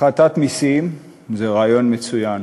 הפחתת מסים זה רעיון מצוין.